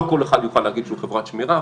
לא כל אחד יוכל להגיד שהוא חברת שמירה.